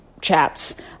chats